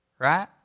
Right